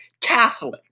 Catholic